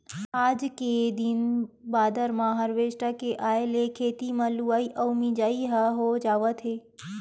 आज के दिन बादर म हारवेस्टर के आए ले खेते म लुवई अउ मिजई ह हो जावत हे